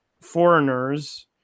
foreigners